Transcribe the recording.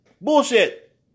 bullshit